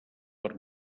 per